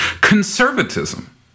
Conservatism